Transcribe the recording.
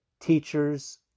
teachers